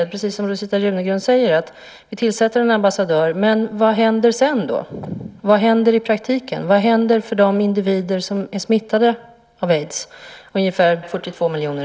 Det är precis som Rosita Runegrund säger: Vi tillsätter en ambassadör, men vad händer sedan? Vad händer i praktiken? Vad händer för dem individer som är smittade av aids? Det är i dag ungefär 42 miljoner.